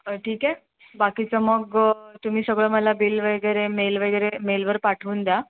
ठीक आहे बाकीचं मग तुम्ही सगळं मला बिल वगैरे मेल वगैरे मेलवर पाठवून द्या